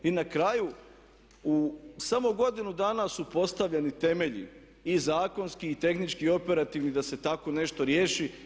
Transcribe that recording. I na kraju u samo u godinu dana su postavljeni temelji i zakonski i tehnički i operativni da se tako nešto riješi.